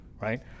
right